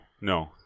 no